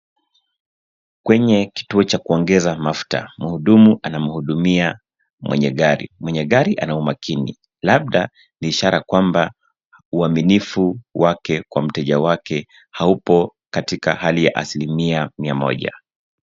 Kwenye kituo cha kuongeza mafuta muhudumu anamhudumia mwenye gari, mwenye gari ana umakini labda ni ishara kwamba uaminifu wake kwa mteja wake haupo katika hali ya asilimia mia moja.